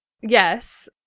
Yes